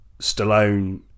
Stallone